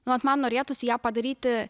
nu vat man norėtųsi ją padaryti